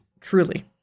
truly